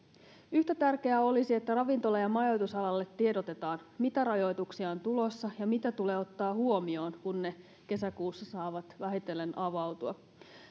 yhtä tärkeää olisi että ravintola ja majoitusalalle tiedotetaan mitä rajoituksia on tulossa ja mitä tulee ottaa huomioon kun ne kesäkuussa saavat vähitellen avautua